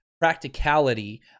practicality